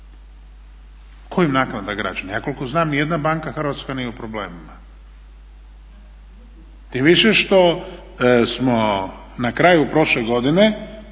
Koja naknada građana? Ja koliko znam ni jedna banka hrvatska nije u problemima. Tim više što smo na kraju prošle godine